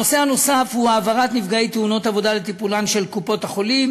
נושא נוסף הוא: העברת נפגעי תאונות עבודה לטיפולן של קופות-החולים.